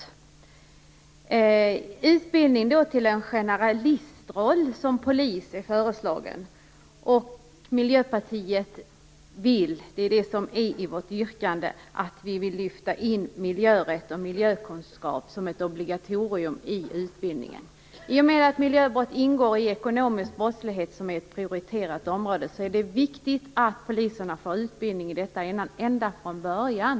I fråga om den utbildning till en generalistroll som är föreslagen för polisens del, vill Miljöpartiet, och det är det som finns i vårt yrkande, lyfta in miljörätt och miljökunskap som ett obligatorium. I och med att miljöbrott ingår i ekonomisk brottslighet, som är ett prioriterat område, är det viktigt att poliserna får utbildning i detta ända från början.